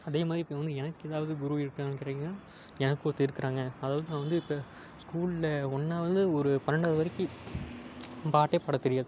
அதேமாதிரி இப்போ வந்து எனக்கு எதாவது குரு இருக்காங்களான்னு கேட்டீங்கன்னால் எனக்கு ஒரு ஒருத்தர் இருக்கிறாங்க அதாவது நான் வந்து இப்போ ஸ்கூலில் ஒன்றாவது ஒரு பன்னெண்டாவது வரைக்கு பாட்டே பாட தெரியாது